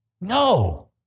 No